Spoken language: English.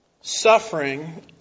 suffering